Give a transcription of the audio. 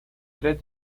tres